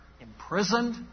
imprisoned